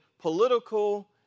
political